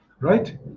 right